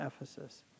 Ephesus